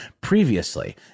previously